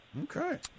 Okay